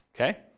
okay